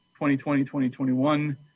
2020-2021